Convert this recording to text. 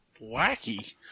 Wacky